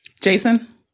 Jason